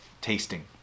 tasting